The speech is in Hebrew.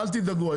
אל תדאגו,